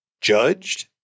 Judged